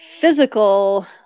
physical